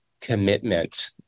commitment